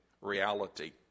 reality